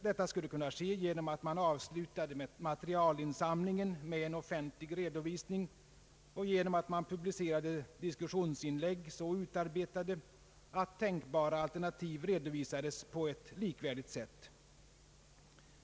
Detta skulle kunna ske genom att man avslutade materialinsamlingen med en offentlig redovisning och genom att man publicerade diskussionsinlägg så utarbetade att tänkbara alternativ redovisades på ett likvärdigt sätt.